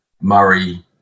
Murray